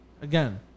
again